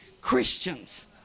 Christians